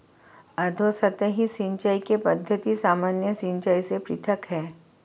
अधोसतही सिंचाई की पद्धति सामान्य सिंचाई से पृथक है